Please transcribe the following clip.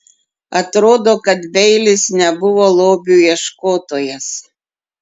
atrodo kad beilis nebuvo lobių ieškotojas